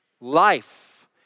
Life